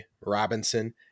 Robinson